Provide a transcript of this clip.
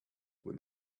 would